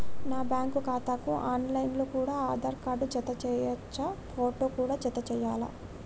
నా బ్యాంకు ఖాతాకు online లో కూడా ఆధార్ కార్డు జత చేయవచ్చా ఫోటో కూడా జత చేయాలా?